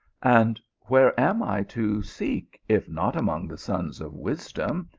and where am i to seek, if not among the sons of wisdom,